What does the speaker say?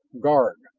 guard!